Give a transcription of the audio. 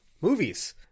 movies